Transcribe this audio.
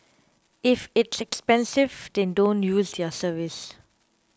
if it's expensive then don't use their service